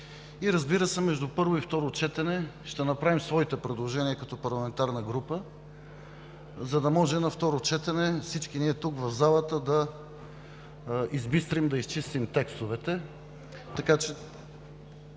и, разбира се, между първо и второ четене ще направим своите предложения като парламентарна група, за да може на второ четене всички тук в залата да избистрим, да изчистим текстовете.